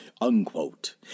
unquote